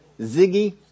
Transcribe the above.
Ziggy